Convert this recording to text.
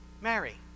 Mary